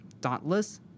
Dauntless